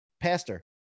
pastor